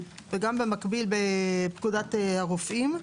וגם במקביל בפקודת הרופאים.